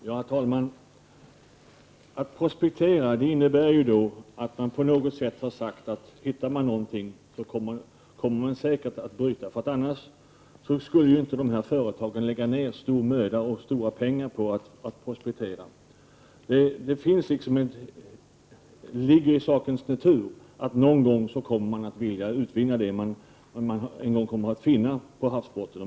Herr talman! Att prospektera innebär att man på något sätt har sagt att om man hittar någonting så kommer man säkert att borra. Dessa företag skulle annars inte lägga ned stor möda och mycket pengar på att prospektera. Det ligger i sakens natur att man någon gång kommer att vilja utvinna det som en gång har funnit på havsbotten.